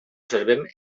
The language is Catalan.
observem